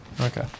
Okay